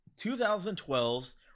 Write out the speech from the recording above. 2012's